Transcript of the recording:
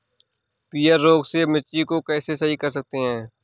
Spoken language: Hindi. पीहर रोग से मिर्ची को कैसे सही कर सकते हैं?